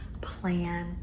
plan